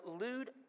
lewd